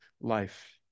life